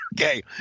Okay